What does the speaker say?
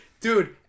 Dude